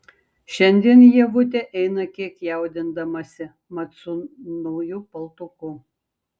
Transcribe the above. šiandien ievutė eina kiek jaudindamasi mat su nauju paltuku